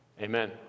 Amen